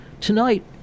tonight